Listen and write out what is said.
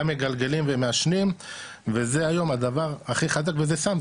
גם מגלגלים ומעשנים וזה היום הדבר הכי חזק וזה סם,